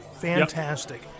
Fantastic